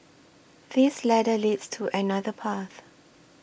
this ladder leads to another path